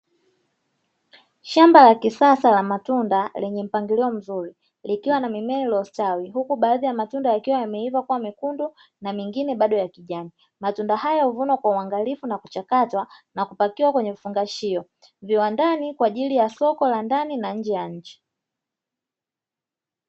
Shamba la kisasa la matunda lenye mpangilio mzuri likiwa na mimea iliyostawi, huku baadhi ya matunda yakiwa yameiva kuwa mekundu na mengine bado ya kijani. Matunda hayo huvunwa kwa uangalifa na kuchakatwa na kupakiwa kwenye vifungashio viwandani, kwa ajili ya soko la ndani na nje ya nchi.